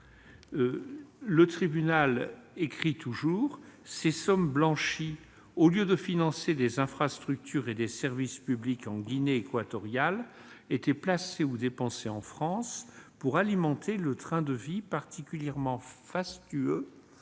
été privés. Il indique que « ces sommes blanchies, au lieu de financer des infrastructures et des services publics en Guinée équatoriale, étaient placées ou dépensées en France pour alimenter le train de vie particulièrement fastueux